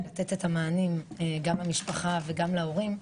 לתת את המענים גם למשפחה וגם להורים.